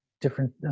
different